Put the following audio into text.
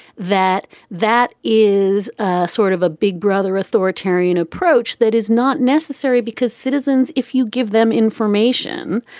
that that is ah sort of a big brother authoritarian approach that is not necessary because citizens, if you give them information,